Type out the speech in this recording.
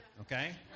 okay